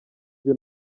byo